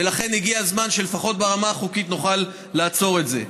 ולכן הגיע הזמן שלפחות ברמה החוקית נוכל לעצור את זה.